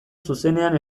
zuzenean